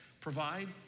provide